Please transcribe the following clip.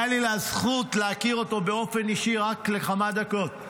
הייתה לי הזכות להכיר אותו באופן אישי רק לכמה דקות.